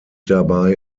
dabei